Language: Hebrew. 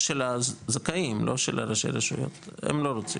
של הזכאים, לא של ראשי הרשויות, הם לא רוצים.